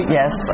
yes